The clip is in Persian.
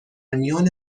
میان